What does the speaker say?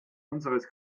unseres